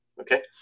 Okay